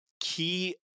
key